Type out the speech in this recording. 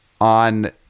on